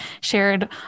shared